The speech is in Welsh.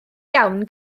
iawn